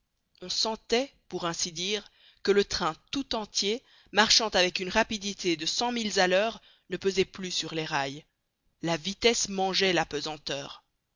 on sentait pour ainsi dire que le train tout entier marchant avec une rapidité de cent milles à l'heure ne pesait plus sur les rails la vitesse mangeait